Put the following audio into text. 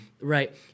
right